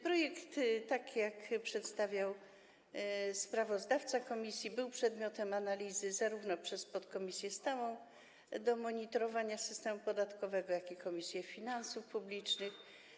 Projekt, jak przedstawiał to sprawozdawca komisji, był przedmiotem analizy prowadzonej zarówno przez podkomisję stałą do monitorowania systemu podatkowego, jak i przez Komisję Finansów Publicznych.